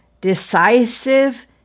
decisive